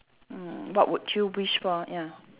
mm what would you wish for ya